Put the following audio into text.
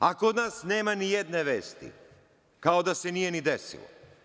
A kod nas nema ni jedne vesti, kao da se nije ni desilo.